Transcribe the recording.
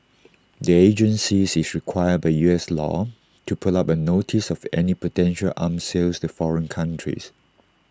the agency is required by U S law to put up A notice of any potential arm sales to foreign countries